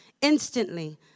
Instantly